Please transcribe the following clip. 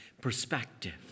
perspective